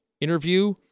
interview